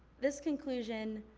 this conclusion,